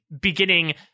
beginning